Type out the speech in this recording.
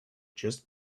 just